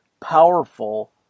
powerful